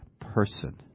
person